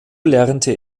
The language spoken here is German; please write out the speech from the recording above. lernte